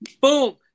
boom